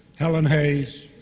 helen hayes,